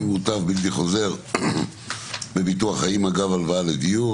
מוטב בלתי חוזר בביטוח חיים אגב הלוואה לדיור),